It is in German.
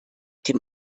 dem